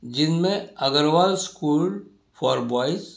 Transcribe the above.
جن میں Agarwal school for boys